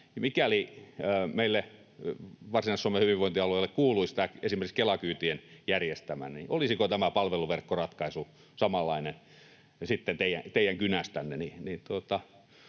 mikäli meille Varsinais-Suomen hyvinvointialueelle kuuluisi esimerkiksi Kela-kyytien järjestäminen, niin olisiko tämä palveluverkkoratkaisu sitten samanlainen teidän kynästänne,